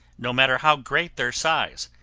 no matter how great their size,